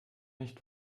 nicht